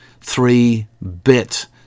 three-bit